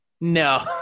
no